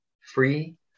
free